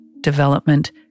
development